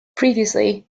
previously